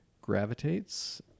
gravitates